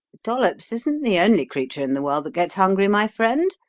dollops isn't the only creature in the world that gets hungry, my friend,